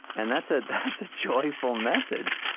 and that's ah that's a joyful message.